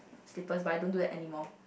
slippers but I don't do that anymore